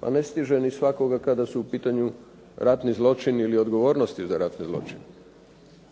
Pa ne stiže ni svakoga kada su u pitanju ratni zločini ili odgovornosti za ratne zločine